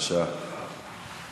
תשובת השר זה בעמוד אחד.